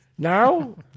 Now